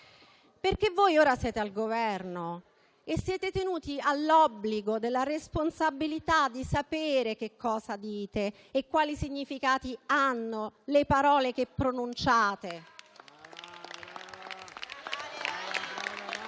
infatti voi siete al Governo e siete tenuti all'obbligo della responsabilità di sapere che cosa dite e quali significati hanno le parole che pronunciate.